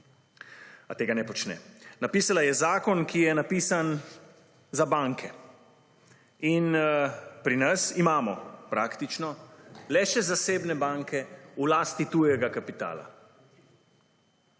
A tega ne počne. Napisala je zakon, ki je napisan za banke. In pri nas imamo praktično le še zasebne banke v lasti tujega kapitala.